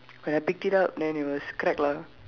when I picked it up then it was cracked lah